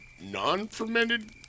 non-fermented